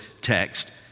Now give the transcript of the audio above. text